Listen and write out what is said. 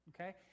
okay